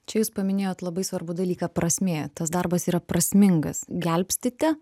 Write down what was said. čia jūs paminėjot labai svarbų dalyką prasmė tas darbas yra prasmingas gelbstite